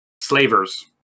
slavers